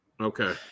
Okay